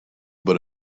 but